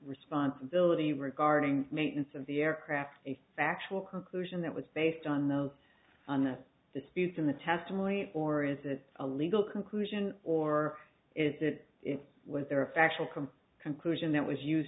responsibility regarding maintenance of the aircraft a factual conclusion that was based on those on that dispute in the testimony or is it a legal conclusion or is that it was there a factual come conclusion that was used